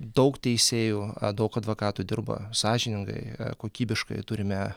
daug teisėjų advo advokatų dirba sąžiningai kokybiškai turime